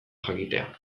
jakitea